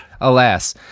alas